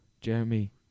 Jeremy